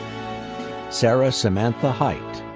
sarah samantha hight.